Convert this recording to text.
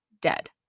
dead